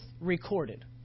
recorded